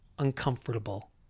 Uncomfortable